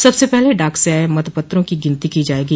सबसे पहले डाक से आये मत पत्रों की गिनती की जायेगी